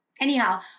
Anyhow